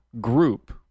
group